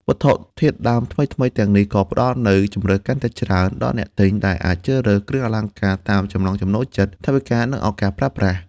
វត្ថុធាតុដើមថ្មីៗទាំងនេះក៏ផ្តល់នូវ ជម្រើសកាន់តែច្រើន ដល់អ្នកទិញ ដែលអាចជ្រើសរើសគ្រឿងអលង្ការតាមចំណង់ចំណូលចិត្ត ថវិកា និងឱកាសប្រើប្រាស់។